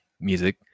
music